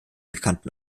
bekannten